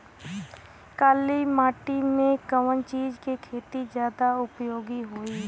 काली माटी में कवन चीज़ के खेती ज्यादा उपयोगी होयी?